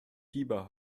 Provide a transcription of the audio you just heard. fieber